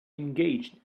engaged